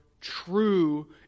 true